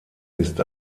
ist